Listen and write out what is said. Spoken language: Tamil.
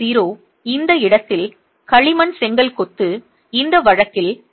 0 இந்த இடத்தில் களிமண் செங்கல் கொத்து இந்த வழக்கில் 1